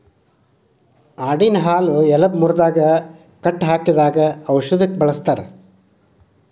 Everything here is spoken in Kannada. ಆಡಿನ ಹಾಲು ಎಲಬ ಮುರದಾಗ ಕಟ್ಟ ಹಾಕಿದಾಗ ಔಷದಕ್ಕ ಬಳಸ್ತಾರ